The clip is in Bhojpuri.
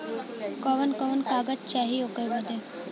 कवन कवन कागज चाही ओकर बदे?